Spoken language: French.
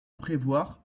prévoir